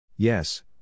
Yes